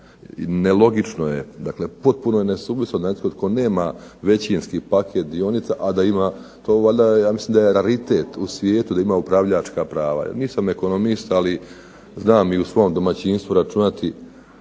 nelogično je, dakle potpuno je nesuvislo netko tko nema većinski paket dionica a da ima, to valjda ja mislim da je raritet u svijetu da ima upravljačka prava. Ja nisam ekonomist ali znam i u svom domaćinstvu računati